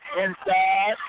Inside